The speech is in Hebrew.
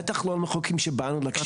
בטח לא לפני המחוקקים שבאו להקשיב לך.